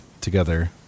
together